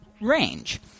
range